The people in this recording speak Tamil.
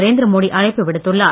நரேந்திர மோடி அழைப்பு விடுத்துள்ளார்